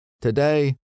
Today